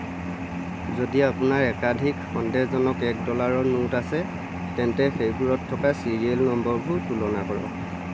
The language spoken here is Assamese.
যদি আপোনাৰ একাধিক সন্দেহজনক এক ডলাৰৰ নোট আছে তেন্তে সেইবোৰত থকা ছিৰিয়েল নম্বৰবোৰ তুলনা কৰক